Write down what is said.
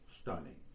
stunning